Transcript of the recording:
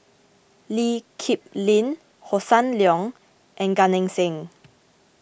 Lee Kip Lin Hossan Leong and Gan Eng Seng